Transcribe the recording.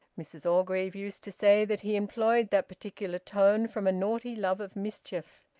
mrs orgreave used to say that he employed that particular tone from a naughty love of mischief.